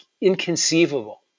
inconceivable